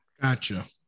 Gotcha